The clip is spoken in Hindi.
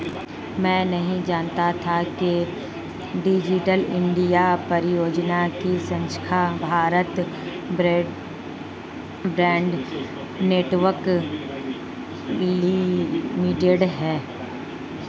मैं नहीं जानता था कि डिजिटल इंडिया परियोजना की संरक्षक भारत ब्रॉडबैंड नेटवर्क लिमिटेड है